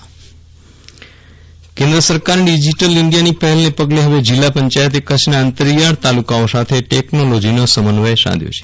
Viral Rana digital India કેન્દ્ર સરકારની digital ઇન્ડીયાની પહેલને હવે જીલ્લા પંચાયતે કચ્છના અંતરિયાળ તાલુ કાઓ સાથે ટેકનોલોજીનો સમન્વય સાંધ્યો છે